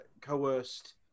coerced